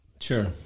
Sure